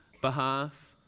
behalf